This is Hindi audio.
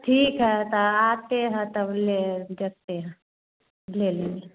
ठीक है तो आते हैं तब ले देखते हैं ले लेंगे